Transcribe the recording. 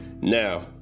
now